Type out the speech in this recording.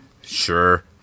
sure